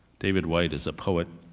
david white is a poet,